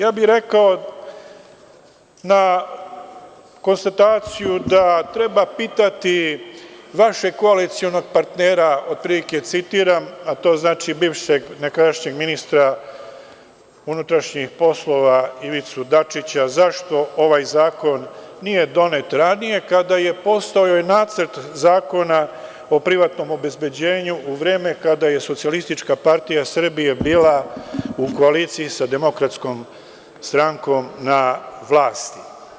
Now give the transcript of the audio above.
Ja bih rekao, na konstataciju da treba pitati vašeg koalicionog partnera, otprilike citiram, a to znači bivšeg nekadašnjeg ministra unutrašnjih poslova Ivicu Dačića, zašto ovaj zakon nije donet ranije, kada je postojao Nacrt zakona o privatnom obezbeđenju, u vreme kada je SPS bila u koaliciji sa DS na vlasti.